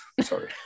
Sorry